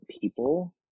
people